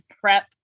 prep